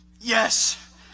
yes